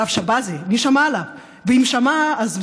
הרב שבזי, מי שמע עליו?